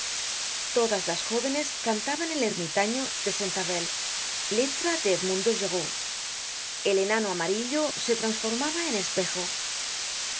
todas las jóvenes cantaban el ermitaño de sajnt avelle letra de edmundo geraud el enano amarillo se trasformaba en espejo